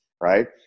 right